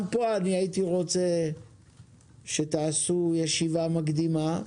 גם כאן הייתי רוצה שתעשו ישיבה מקדימה,